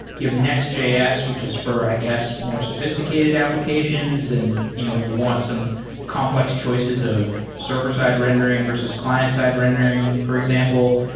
you have next js, which is for i guess more sophisticated applications and you know when you want some complex choices of server-side rendering versus client-side rendering, for example.